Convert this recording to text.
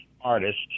artists